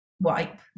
wipe